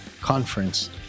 conference